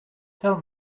tell